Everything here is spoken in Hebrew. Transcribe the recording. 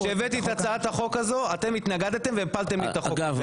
כשהבאתי את הצעת החוק הזו אתם התנגדתם והפלתם לי את החוק הזה,